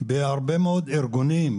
בהרבה מאוד ארגונים,